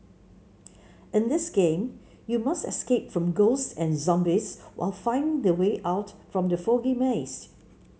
in this game you must escape from ghosts and zombies while finding the way out from the foggy maze